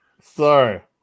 Sorry